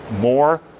more